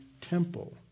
temple